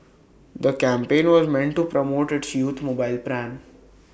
the campaign was meant to promote its youth mobile plan